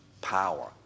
power